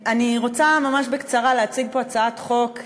אני רוצה ממש בקצרה להציג פה הצעת חוק,